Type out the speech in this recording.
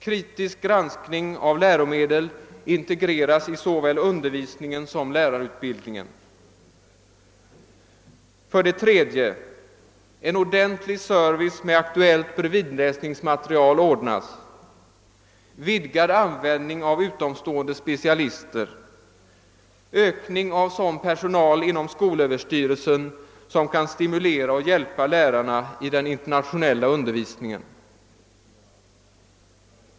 Kritisk granskning av läromedel integreras i såväl undervisningen som lärarutbildningen. 3. En ordentlig service med aktuellt bredvidläsningsmaterial ordnas. Vidgad användning av utomstående specialister. Ökning av sådan personal inom skolöverstyrelsen som kan stimulera och hjälpa lärarna i den internationella undervisningen.